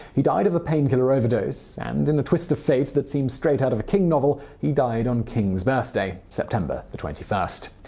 he died of a painkiller overdose, and, in a twist of fate that seemed straight out of a king novel he died on king's birthday, september twenty first.